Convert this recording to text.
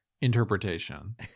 interpretation